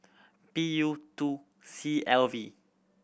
P U two C L V